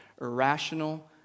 irrational